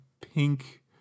pink